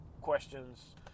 questions